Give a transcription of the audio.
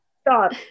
Stop